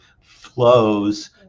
flows